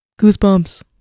goosebumps